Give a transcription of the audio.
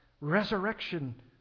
resurrection